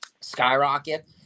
skyrocket